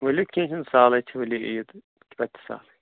ؤلِو کیٚنٛہہ چھُنہٕ سہلٕے چھُ ؤلِو یِیِو تہٕ پتہٕ چھُ سہلٕے